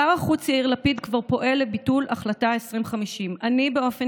שר החוץ יאיר לפיד כבר פועל לביטול החלטה 2050. אני באופן